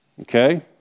Okay